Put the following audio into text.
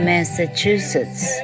Massachusetts